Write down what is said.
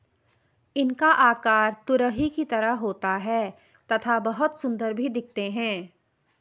इनका आकार तुरही की तरह होता है तथा बहुत सुंदर भी दिखते है